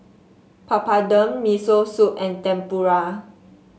Papadum Miso Soup and Tempura